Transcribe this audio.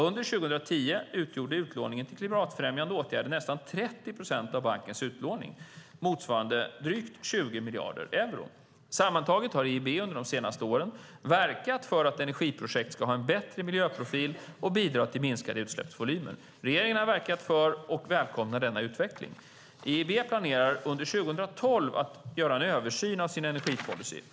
Under 2010 utgjorde utlåningen till klimatfrämjande åtgärder nästan 30 procent av bankens utlåning, motsvarande drygt 20 miljarder euro. Sammantaget har EIB under de senaste åren verkat för att energiprojekt ska ha en bättre miljöprofil och bidra till minskade utsläppsvolymer. Regeringen har verkat för och välkomnar denna utveckling. EIB planerar under 2012 att göra en översyn av sin energipolicy.